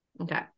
okay